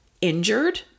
injured